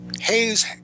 Hayes